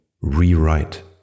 rewrite